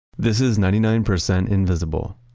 this is ninety nine percent invisible.